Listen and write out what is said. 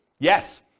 Yes